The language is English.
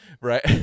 right